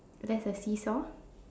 there's a seesaw